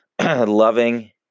loving